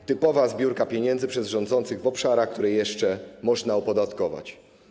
To typowa zbiórka pieniędzy przez rządzących w obszarach, które jeszcze można opodatkować.